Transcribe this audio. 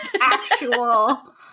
actual